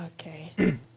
Okay